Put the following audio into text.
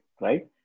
right